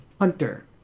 hunter